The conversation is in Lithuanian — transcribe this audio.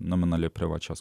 nominali privačios